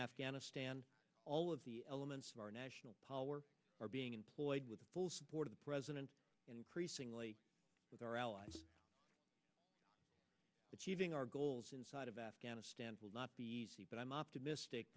afghanistan all of the elements of our national power are being employed with the full support of the president increasingly with our allies achieving our goals inside of afghanistan will not be easy but i'm optimistic